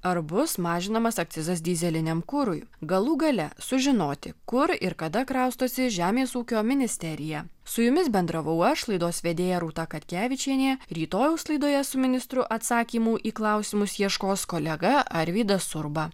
ar bus mažinamas akcizas dyzeliniam kurui galų gale sužinoti kur ir kada kraustosi žemės ūkio ministerija su jumis bendravau aš laidos vedėją rūtą katkevičienė rytojaus laidoje su ministru atsakymų į klausimus ieškos kolega arvydas urba